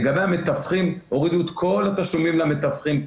לגבי המתווכים הורידו את כל התשלומים למתווכים.